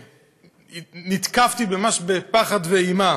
נתקפתי ממש בפחד ואימה